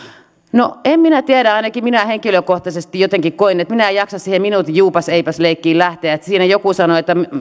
no en minä tiedä ainakin minä henkilökohtaisesti jotenkin koen että minä en jaksa siihen minuutin juupas eipäs leikkiin lähteä että siinä joku sanoi että